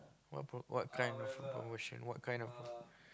what pro~ what kind of promotion what kind of promotion